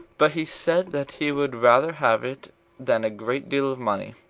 but he said that he would rather have it than a great deal of money.